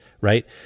right